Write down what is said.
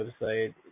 website